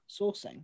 sourcing